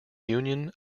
union